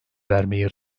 vermeyi